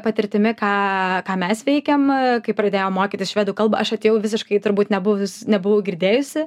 patirtimi ką ką mes veikėm kai pradėjom mokytis švedų kalbą aš atėjau visiškai turbūt nebuvus nebuvau girdėjusi